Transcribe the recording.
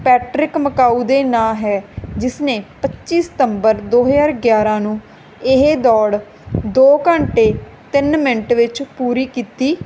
Patrick Makau ਦੇ ਨਾਂ ਹੈ ਜਿਸਨੇ ਪੱਚੀ ਸਤੰਬਰ ਦੋ ਹਜ਼ਾਰ ਗਿਆਰ੍ਹਾਂ ਨੂੰ ਇਹ ਦੌੜ ਦੋ ਘੰਟੇ ਤਿੰਨ ਮਿੰਟ ਵਿੱਚ ਪੂਰੀ ਕੀਤੀ